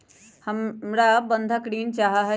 हमरा बंधक ऋण चाहा हई